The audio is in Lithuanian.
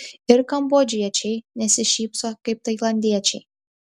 ir kambodžiečiai nesišypso kaip tailandiečiai